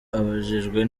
abajijwe